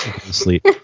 Sleep